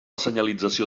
senyalització